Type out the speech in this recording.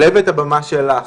שלהבת, הבמה שלך.